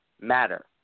matter